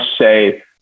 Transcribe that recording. say